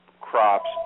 crops